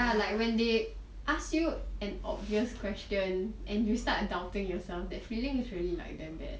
ya like when they ask you an obvious question and you start doubting yourself that feeling is really like damn bad